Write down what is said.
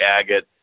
agate